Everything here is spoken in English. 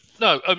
No